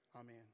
Amen